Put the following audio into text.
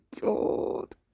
god